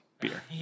beer